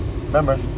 Remember